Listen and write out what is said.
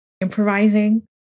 improvising